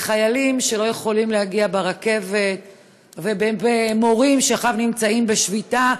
בחיילים שלא יכולים להגיע ברכבת ובמורים שעכשיו נמצאים בשביתה,